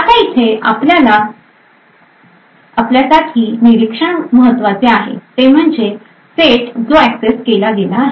आता येथे आपल्यासाठी निरीक्षण महत्त्वाचे आहे ते म्हणजे सेट जो एक्सेस केला गेला आहे